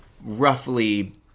roughly